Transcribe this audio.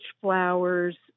flowers